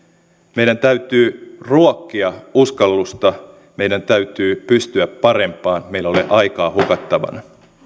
meidän täytyy ruokkia uskallusta meidän täytyy pystyä parempaan meillä ei ole aikaa hukattavana